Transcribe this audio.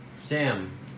Sam